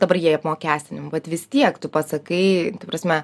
dabar jie apmokestinami bet vis tiek tu pasakai ta prasme